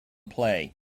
play